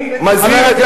אני מזמין את,